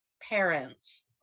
parents